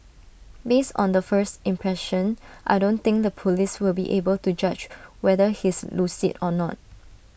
based on the first impression I don't think the Police will be able to judge whether he's lucid or not